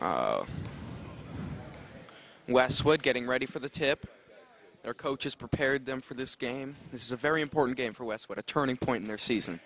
game westwood getting ready for the tip their coaches prepared them for this game this is a very important game for us what a turning point in their season